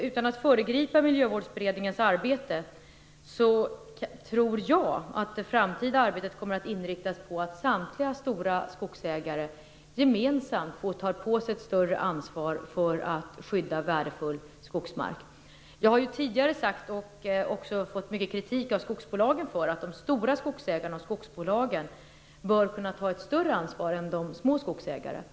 Utan att föregripa Miljövårdsberedningens arbete, vill jag säga att jag tror att det framtida arbetet kommer att inriktas på att samtliga stora skogsägare gemensamt får ta på sig ett större ansvar för att skydda värdefull skogsmark. Jag har tidigare sagt - och även fått mycket kritik för det från skogsbolagen - att de stora skogsägarna och skogsbolagen bör kunna ta ett större ansvar än de små skogsägarna.